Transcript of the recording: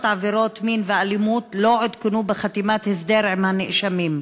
עבירות מין ואלימות לא עודכנו בחתימת הסדר עם הנאשמים.